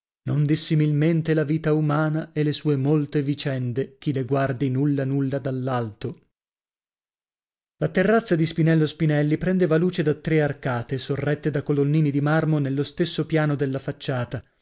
non dissimilmente la vita umana e le sue molte vicende chi le guardi nulla nulla dall'alto la terrazza di spinello spinelli prendeva luce da tre arcate sorrette da colonnini di marmo nello stesso piano della facciata